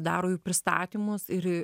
daro jų pristatymus ir į